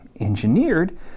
Engineered